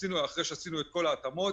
אחרי שעשינו את כל ההתאמות,